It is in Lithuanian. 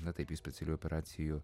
na taip jūs specialiųjų operacijų